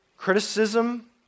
Criticism